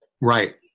Right